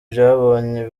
byabonye